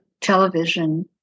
television